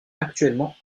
actuellement